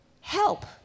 Help